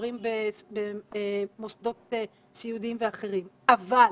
ומבוגרים במוסדות סיעודיים ואחרים, אבל